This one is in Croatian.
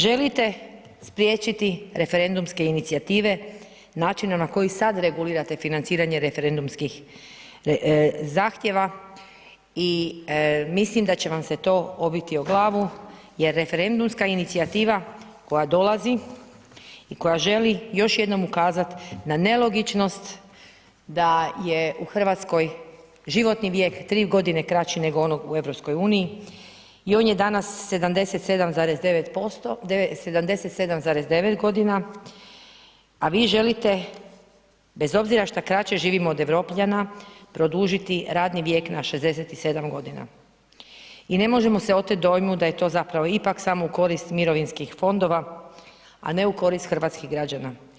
Želite spriječiti referendumske inicijative načinom na koji sad regulirate financiranje referendumskih zahtjeva i mislim da će vam se to obiti o glavu jer referendumska inicijativa koja dolazi i koja želi još jednom ukazat na nelogičnost da je u RH životni vijek 3 godine kraći nego onog u EU i on je danas 77,9.g., a vi želite, bez obzira što kraće živimo od Europljana, produžiti radni vijek na 67.g. i ne možemo se oteti dojmu da je to zapravo ipak samo u korist mirovinskih fondova, a ne u korist hrvatskih građana.